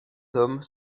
hommes